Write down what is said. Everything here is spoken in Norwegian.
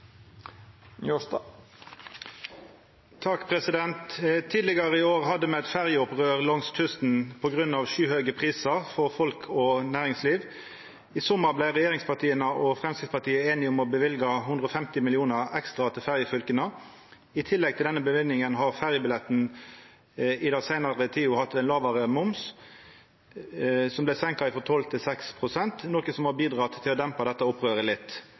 næringsliv. I sommer ble regjeringspartiene og Fremskrittspartiet enig om å bevilge 150 millioner kroner til fergefylkene. I tillegg til denne bevilgningen har fergebilletten hatt lavere merverdiavgift, som ble senket fra 12 til 6 pst., noe som har bidratt til å dempe opprøret litt.